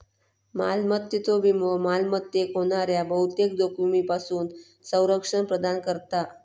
मालमत्तेचो विमो मालमत्तेक होणाऱ्या बहुतेक जोखमींपासून संरक्षण प्रदान करता